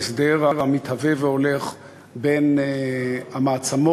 ההסדר המתהווה והולך בין המעצמות